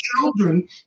Children